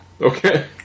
Okay